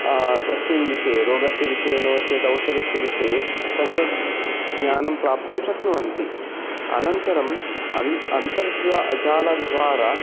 तस्मिन् विषये रोगस्य विषये नो चेत् औषाधस्य विषये सम्यक् ज्ञानं प्राप्तुं शक्नुवन्ति अनन्तरम् अन्तर्जालद्वारा